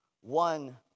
one